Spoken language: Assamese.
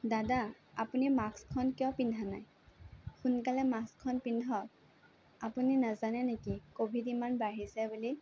দাদা আপুনি মাক্সখন কিয় পিন্ধা নাই সোনকালে মাস্কখন পিন্ধক আপুনি নাজানে নেকি ক'ভিড ইমান বাঢ়িছে বুলি